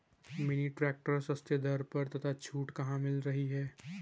Mini tractor सस्ते दर पर तथा छूट कहाँ मिल रही है?